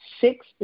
six